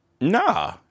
Nah